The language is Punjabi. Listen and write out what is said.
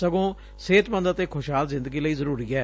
ਸਗੋ ਸਿਹਤਮੰਦ ਅਤੇ ਖੁਸ਼ਹਾਲ ਜਿੰਦਗੀ ਲਈ ਜ਼ਰੂਰੀ ਐ